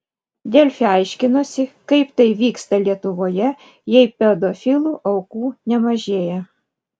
delfi aiškinosi kaip tai vyksta lietuvoje jei pedofilų aukų nemažėja